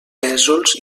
pèsols